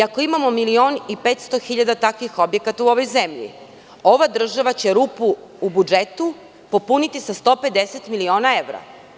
Ako imamo milion i 500 hiljada takvih objekata u ovoj zemlji, ova država će rupu u budžetu popuniti sa 150 miliona evra.